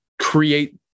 create